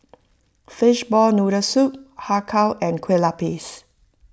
Fishball Noodle Soup Har Kow and Kueh Lapis